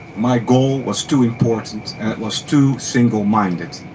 my goal was too important and it was too single-minded.